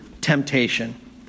temptation